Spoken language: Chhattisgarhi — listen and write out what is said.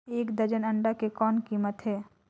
एक दर्जन अंडा के कौन कीमत हे?